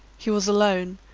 he was alone,